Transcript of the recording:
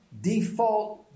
default